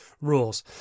rules